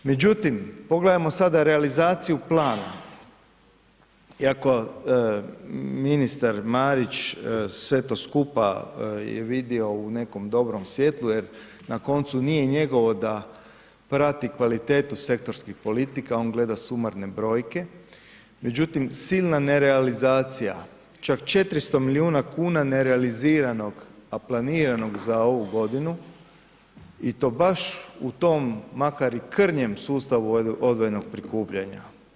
Međutim, pogledamo sada realizaciju plana, iako ministar Marić sve to skupa je vidio u nekom dobrom svjetlu jer na koncu nije njegovo da prati kvalitetu sektorskih politika, on gleda sumarne brojke, međutim silna ne realizacija čak 400 milijuna kuna nerealiziranog, a planiranog za ovu godinu i to baš u tom makar i krnjem sustavu odvojenog prikupljanja.